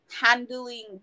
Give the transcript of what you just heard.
handling